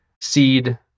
Seed